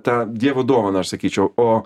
tą dievo dovaną aš sakyčiau o